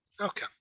Okay